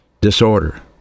disorder